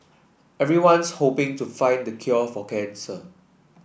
everyone's hoping to find the cure for cancer